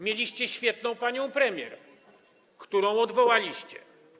Mieliście świetną panią premier, którą odwołaliście.